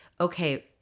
okay